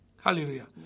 hallelujah